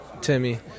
Timmy